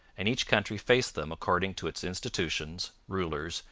and each country faced them according to its institutions, rulers,